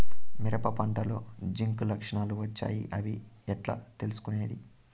మిరప పంటలో జింక్ లక్షణాలు వచ్చాయి అని ఎట్లా తెలుసుకొనేది?